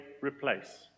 replace